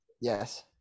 Yes